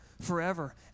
forever